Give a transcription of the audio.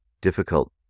difficult